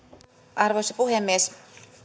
arvoisa puhemies